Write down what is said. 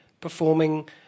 performing